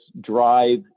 drive